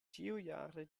ĉiujare